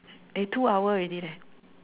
eh two hour already leh